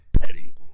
petty